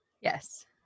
yes